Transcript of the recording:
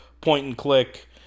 point-and-click